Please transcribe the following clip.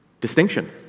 distinction